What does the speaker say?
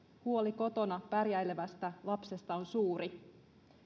huoli kotona pärjäilevästä lapsesta on suuri